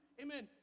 amen